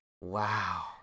Wow